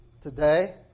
today